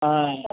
ఆయ్